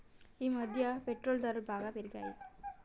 ఈమధ్య పెట్రోల్ ధరలు బాగా పెరిగాయి